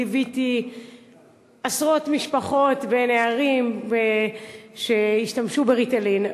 ליוויתי עשרות משפחות ונערים שהשתמשו ב"ריטלין",